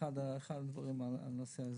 הנושא הזה.